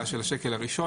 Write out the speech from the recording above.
הראשון,